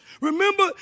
Remember